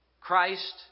Christ